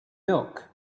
milk